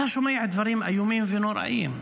מדי פעם אתה שומע דברים איומים ונוראיים.